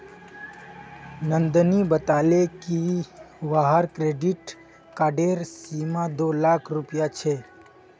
नंदनी बताले कि वहार क्रेडिट कार्डेर सीमा दो लाख रुपए छे